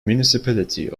municipality